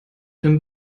dem